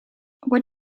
what